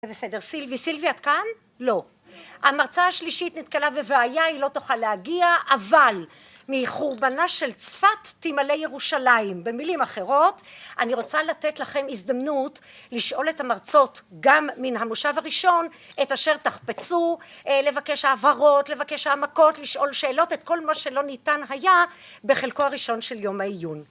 בסדר, סילבי, סילבי את כאן? לא. המרצה השלישית נתקלה בבעיה, היא לא תוכל להגיע, אבל "מחורבנה של צפת תמלא ירושלים" במילים אחרות, אני רוצה לתת לכם הזדמנות לשאול את המרצות, גם מן המושב הראשון את אשר תחפצו - לבקש הבהרות, לבקש העמקות, לשאול שאלות - את כל מה שלא ניתן היה בחלקו הראשון של יום העיון.